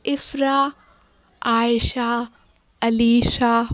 Afra Ayesha Alisha